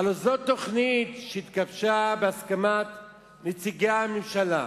הלוא זאת תוכנית שהתגבשה בהסכמת נציגי הממשלה,